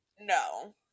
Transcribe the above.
No